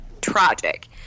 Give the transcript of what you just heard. tragic